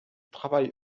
travaille